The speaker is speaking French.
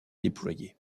déployées